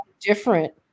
different